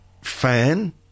fan